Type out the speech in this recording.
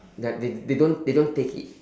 like they they don't they don't take it